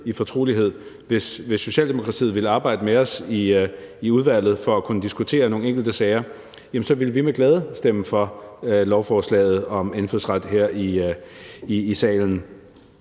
i fortrolighed, hvis Socialdemokratiet vil arbejde sammen med os i udvalget for at kunne diskutere nogle enkelte sager, så vil vi med glæde stemme for lovforslaget om indfødsret her i salen.